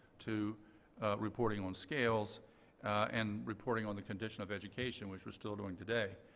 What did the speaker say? to reporting on scales and reporting on the condition of education which we're still doing today.